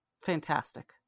fantastic